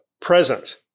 present